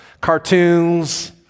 cartoons